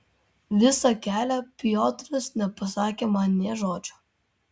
visą kelią piotras nepasakė man nė žodžio